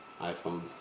iPhone